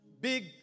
big